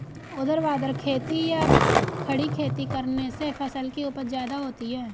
ऊर्ध्वाधर खेती या खड़ी खेती करने से फसल की उपज ज्यादा होती है